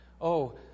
Oh